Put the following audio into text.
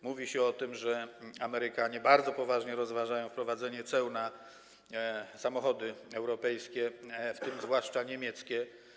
Mówi się o tym, że Amerykanie bardzo poważnie rozważają wprowadzenie ceł na samochody europejskie, w tym zwłaszcza niemieckie.